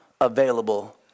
available